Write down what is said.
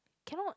cannot